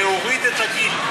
להוריד את הגיל.